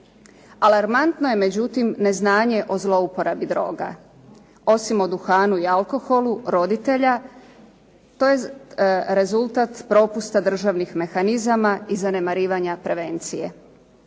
Alarmantno je međutim neznanje o zlouporabi droga. Osim o duhanu i alkoholu roditelja to je rezultat propusta državnih mehanizama i zanemarivanja prevencije.